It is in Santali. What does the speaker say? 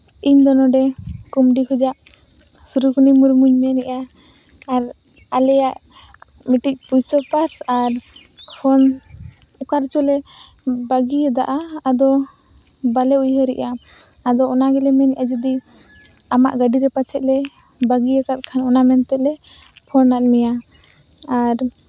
ᱤᱧ ᱫᱚ ᱱᱚᱰᱮ ᱠᱚᱱᱰᱤ ᱠᱷᱚᱡᱟᱜ ᱥᱩᱨᱩᱠᱩᱱᱤ ᱢᱩᱨᱢᱩᱧ ᱢᱮᱱᱮᱜᱼᱟ ᱟᱨ ᱟᱞᱮᱭᱟᱜ ᱢᱤᱫᱴᱤᱡ ᱯᱩᱭᱥᱟᱹ ᱯᱟᱨᱥ ᱟᱨ ᱯᱷᱳᱱ ᱚᱠᱟ ᱨᱮᱪᱚᱞᱮ ᱵᱟᱹᱜᱤᱭᱟᱫᱟ ᱟᱫᱚ ᱵᱟᱞᱮ ᱩᱭᱦᱟᱹᱨᱮᱜᱼᱟ ᱟᱫᱚ ᱚᱱᱟ ᱜᱮᱞᱮ ᱢᱮᱱᱮᱜᱟ ᱡᱩᱫᱤ ᱟᱢᱟᱜ ᱜᱟᱹᱰᱤ ᱨᱮ ᱯᱟᱪᱷᱮᱫ ᱞᱮ ᱵᱟᱹᱜᱤᱭᱟᱠᱟᱫ ᱠᱷᱟᱱ ᱚᱱᱟ ᱢᱮᱱ ᱛᱮᱞᱮ ᱯᱷᱳᱱᱟᱫ ᱢᱮᱭᱟ ᱟᱨ